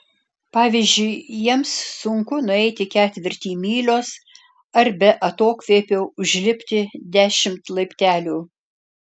pavyzdžiui jiems sunku nueiti ketvirtį mylios ar be atokvėpio užlipti dešimt laiptelių